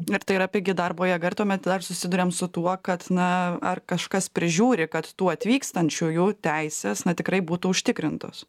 ir tai yra pigi darbo jėga ir tuomet dar susiduriam su tuo kad na ar kažkas prižiūri kad tų atvykstančiųjų teisės na tikrai būtų užtikrintos